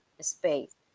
space